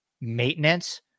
maintenance